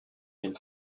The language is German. den